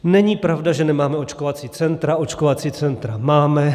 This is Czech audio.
Není pravda, že nemáme očkovací centra, očkovací centra máme.